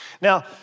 Now